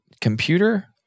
computer